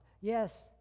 Yes